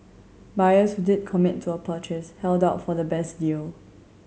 buyers who did commit to a purchase held out for the best deal